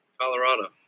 Colorado